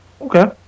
Okay